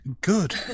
Good